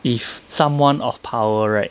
if someone of power right